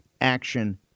action